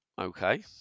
Okay